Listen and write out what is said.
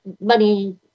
money